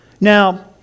Now